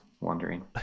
wondering